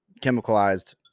chemicalized